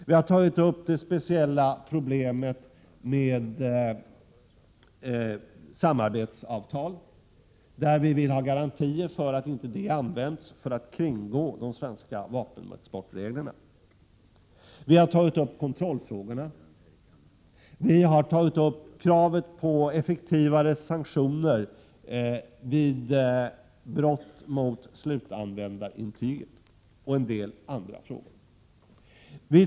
Vi har tagit upp det speciella problemet med samarbetsavtal. Vi vill ha garantier för att sådana inte används för att kringgå de svenska vapenexportreglerna. Vi har tagit upp kontrollfrågorna. Vi har tagit upp kravet på effektivare sanktioner vid brott mot slutanvändarintyget och en del andra frågor.